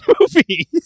movie